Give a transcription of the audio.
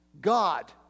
God